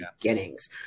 beginnings